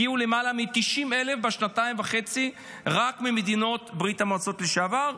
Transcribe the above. הגיעו למעלה מ-90,000 בשנתיים וחצי רק ממדינות ברית המועצות לשעבר.